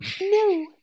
no